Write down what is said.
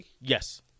Yes